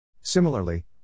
Similarly